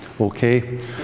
okay